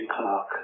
Clark